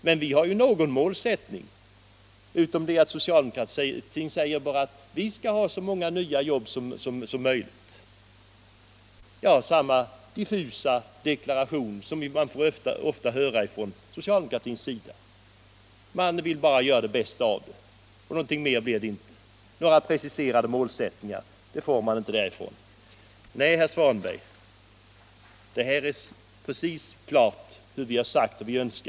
Men vi har ändå någon målsättning, medan ni inom socialdemokratin bara säger att ”vi skall ha så många nya jobb som möjligt” — samma diffusa deklaration som vi så ofta får höra från socialdemokratins sida. Man vill bara göra det bästa möjliga. Några målsättningar preciserar man inte. Nej, herr Svanberg, det är alldeles klart vad vi har sagt och vad vi önskar.